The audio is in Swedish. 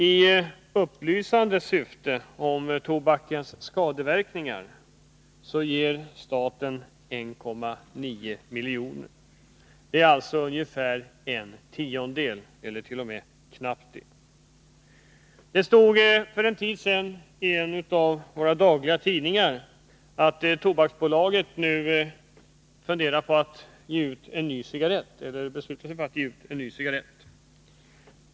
För upplysning om tobakens skadeverkningar ger staten ut 1,9 milj.kr. Det är alltså en tiondel eller knappt det. Det stod för en tid sedan i en av våra dagliga tidningar att Tobaksbolaget beslutat sig för att ge ut en ny cigarett.